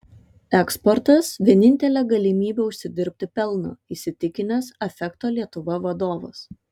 eksportas vienintelė galimybė užsidirbti pelno įsitikinęs affecto lietuva vadovas